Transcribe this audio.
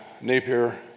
Napier